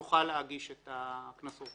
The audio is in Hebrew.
יוכל להגיש את הקנסות